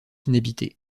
inhabitée